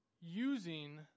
using